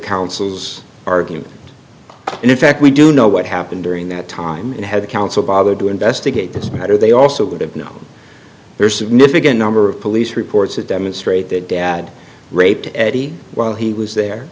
council's argument and in fact we do know what happened during that time and how the council bothered to investigate this matter they also would have known there are significant number of police reports that demonstrate that dad raped eddie while he was there